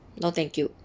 no thank you